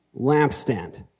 lampstand